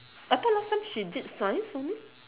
I thought last time she did science something